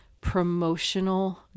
promotional